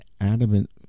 adamant